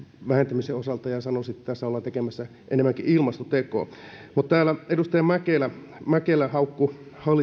vähentämisen osalta ja sanoisin että tässä ollaan tekemässä enemmänkin ilmastotekoa täällä edustaja mäkelä mäkelä haukkui